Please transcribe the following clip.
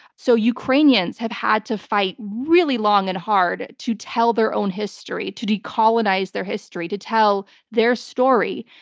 so ukrainians have had to fight really long and hard to tell their own history, to decolonize their history, to tell their story.